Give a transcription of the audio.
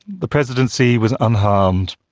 the presidency was unharmed,